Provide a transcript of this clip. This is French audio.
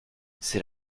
c’est